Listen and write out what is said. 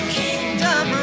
kingdom